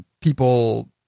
people